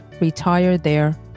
retirethere